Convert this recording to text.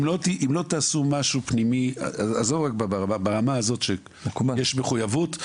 אם לא תעשו משהו פנימי ברמה הזאת שיש מחויבות,